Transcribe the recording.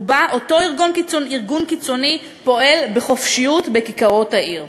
ובה אותו ארגון קיצוני פועל בחופשיות בכיכרות העיר.